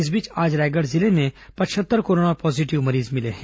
इस बीच आज रायगढ़ जिले में पचहत्तर कोरोना पॉजिटिव मरीज मिले हैं